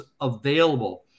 available